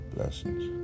Blessings